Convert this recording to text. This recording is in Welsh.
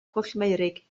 pwllmeurig